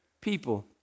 people